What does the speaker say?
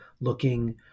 looking